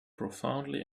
profoundly